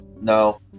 no